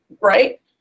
right